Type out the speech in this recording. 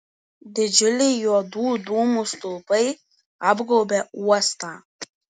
didžiuliai juodų dūmų stulpai apgaubė uostą